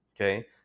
Okay